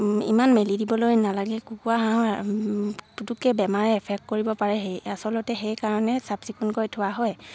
ইমান মেলি দিবলৈ নালাগে কুকুৰা হাঁহৰ পুটুককে বেমাৰে এফেক্ট কৰিব পাৰে সেই আচলতে সেইকাৰণে চাফ চিকুণকৈ থোৱা হয়